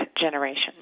Generation